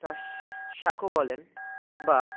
তার সাঁকো বলেন বা